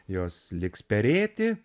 jos liks perėti